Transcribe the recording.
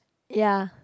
ya